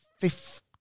fifth